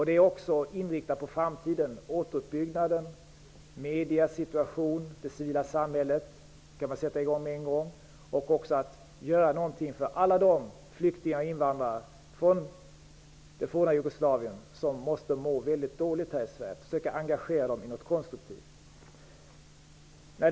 Det är också inriktat på framtiden: återuppbyggnaden, mediernas situation, det civila samhället -- där kan man sätta i gång med en gång, liksom med att göra någonting för alla de flyktingar och invandrare från det forna Jugoslavien som måste må mycket dåligt här i Sverige. Man kan försöka engagera dem i något konstruktivt.